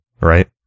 right